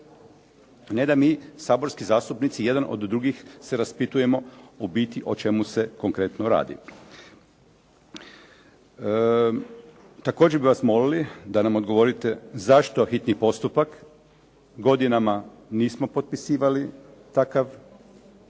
Ne da mi saborski zastupnici jedan od drugih se raspitujemo u biti o čemu se konkretno radi. Također bi vas molili da nam odgovorite zašto hitni postupak, godinama nismo potpisivali takav ugovor,